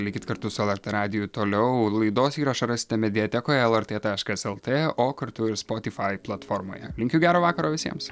likit kartu su lrt radiju toliau laidos įrašą rasite mediatekoje lrt taškas lt o kartu ir spotify platformoje linkiu gero vakaro visiems